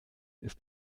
ist